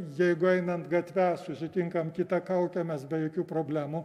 jeigu einant gatve sutinkam kitą kaukę mes be jokių problemų